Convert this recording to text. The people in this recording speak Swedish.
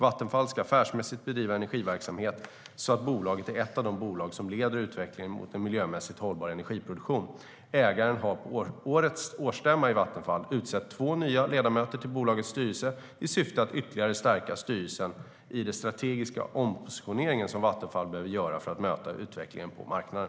Vattenfall ska affärsmässigt bedriva energiverksamhet så att bolaget är ett av de bolag som leder utvecklingen mot en miljömässigt hållbar energiproduktion. Ägaren har på årets årsstämma i Vattenfall utsett två nya ledamöter till bolagets styrelse i syfte att ytterligare stärka styrelsen i den strategiska ompositionering som Vattenfall behöver göra för att möta utvecklingen på marknaden.